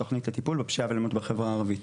התוכנית לטיפול בפשיעה ובאלימות בחברה הערבית.